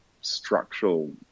structural